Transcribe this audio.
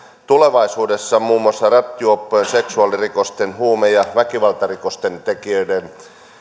tulevaisuudessa muun muassa rattijuoppojen seksuaalirikosten huume ja väkivaltarikosten tekijöiden